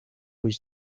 with